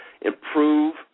improve